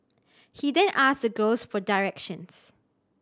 he then asked the girls for directions